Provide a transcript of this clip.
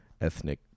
ethnic